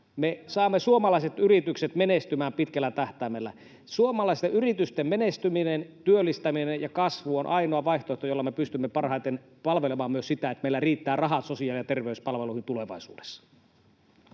me saamme suomalaiset yritykset menestymään pitkällä tähtäimellä. Suomalaisten yritysten menestyminen, työllistäminen ja kasvu on ainoa vaihtoehto, jolla me pystymme parhaiten palvelemaan myös sitä, että meillä riittää rahaa sosiaali- ja terveyspalveluihin tulevaisuudessa.